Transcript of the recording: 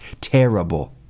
Terrible